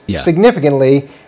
significantly